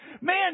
Man